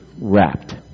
wrapped